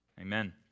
Amen